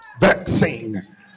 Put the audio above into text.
vaccine